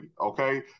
Okay